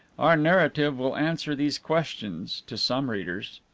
our narrative will answer these questions to some readers.